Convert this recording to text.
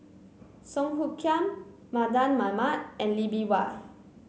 Song Hoot Kiam Mardan Mamat and Lee Bee Wah